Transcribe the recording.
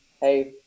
Hey